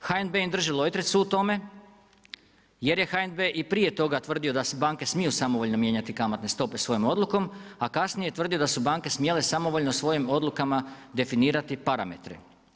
HNB im drži lojtricu u tome, jer je HNB i prije toga tvrdio da se banke smiju samovoljno mijenjate kamatne stope svojom odlukom, a kasnije je tvrdio da su banke smijale samovoljno svojim odlukama definirati parametre.